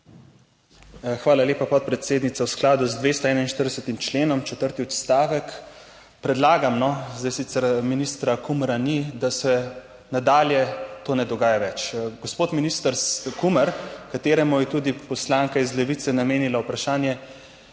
Hvala lepa, podpredsednica. V skladu z 241. členom, četrti odstavek, predlagam, no, zdaj sicer ministra Kumra ni, da se nadalje to ne dogaja več. Gospod minister Kumer, kateremu je tudi poslanka iz Levice namenila vprašanje,